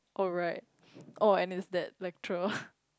oh right oh and it's that lecturer